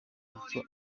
icyo